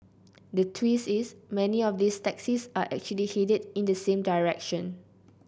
the twist is many of these taxis are actually headed in the same direction